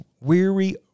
weary